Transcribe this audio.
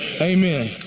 Amen